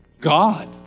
God